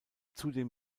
zudem